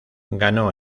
ganó